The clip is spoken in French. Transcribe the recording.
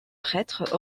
prêtre